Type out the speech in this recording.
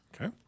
Okay